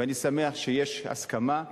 ואני שמח שיש הסכמה,